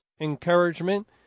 encouragement